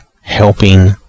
helping